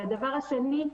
והדבר השני,